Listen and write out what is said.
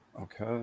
okay